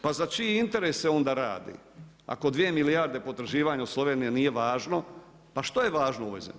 Pa za čiji interes se onda radi, ako dvije milijarde potraživanja u Sloveniji nije važno, pa što je važno u ovoj zemlji?